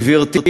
גברתי,